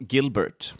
Gilbert